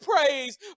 praise